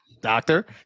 Doctor